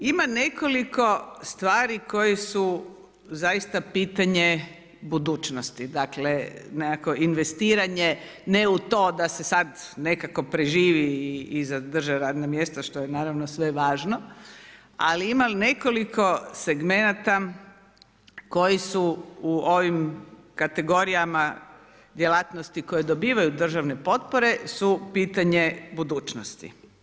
Ima nekoliko stvari koje su zaista pitanje budućnosti, dakle nekakvo investiranje ne u to da se sada nekako preživi i zadrže radna mjesta, što je naravno sve važno, ali ima nekoliko segmenata koji su u ovim kategorijama djelatnosti koje dobivaju državne potpore su pitanje budućnosti.